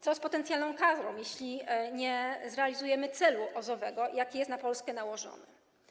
Co z potencjalną karą, jeśli nie zrealizujemy celu OZE-owego, jaki jest na Polskę nałożony?